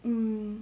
err